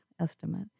estimate